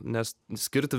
nes skirti